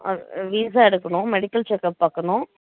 visa எடுக்கணும் medical checkup பார்க்கணும்